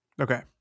Okay